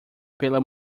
pela